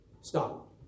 stop